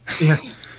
Yes